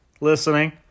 listening